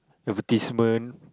advertisement